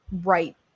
right